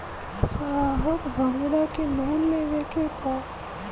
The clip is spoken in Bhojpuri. साहब हमरा के लोन लेवे के बा